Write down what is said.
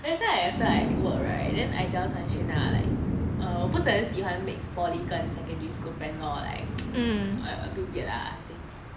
everytime like after I work right then I tell cheng xun lah like err 我不是很喜欢 mix poly 跟 secondary school friend lor like a bit weird lah I think